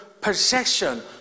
possession